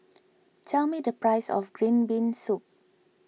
tell me the price of Green Bean Soup